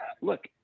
look